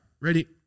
Ready